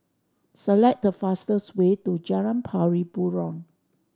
select the fastest way to Jalan Pari Burong